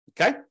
Okay